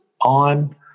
on